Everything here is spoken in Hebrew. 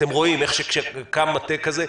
אתם רואים איך שכשקם מטה כזה,